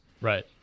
Right